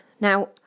Now